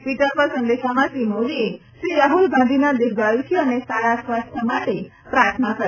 Twitter પર સંદેશાંમાં શ્રી મોદીએ શ્રી રાહુલ ગાંધીના દીર્ધઆયુષ્ય અને સારા સ્વાસ્થ્ય માટે પ્રાર્થના કરી